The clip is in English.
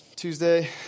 Tuesday